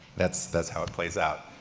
that's that's how it plays out.